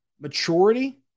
maturity